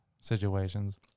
situations